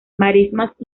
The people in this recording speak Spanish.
marismas